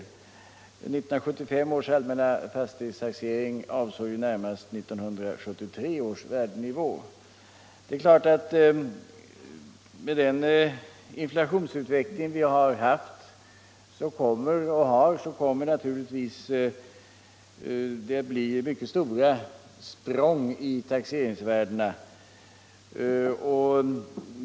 1975 års allmänna fastighetstaxering avsåg närmast 1973 års värdenivå. Med den inflationsutveckling vi haft och har kommer det att bli mycket stora språng i taxeringsvärdena.